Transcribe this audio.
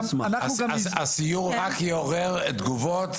הסיור רק יעורר תגובות,